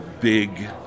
big